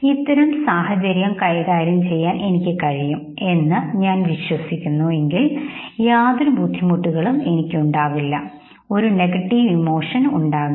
അത്തരം സാഹചര്യം കൈകാര്യം ചെയ്യാൻ എനിക്ക് കഴിയും എന്ന് ഞാൻ വിശ്വസിക്കുന്നു എങ്കിൽ യാതൊരു ബുദ്ധിമുട്ടുകളും ഉണ്ടാകില്ല ഒരു നെഗറ്റീവ് ഇമോഷൻ ഉണ്ടാകില്ല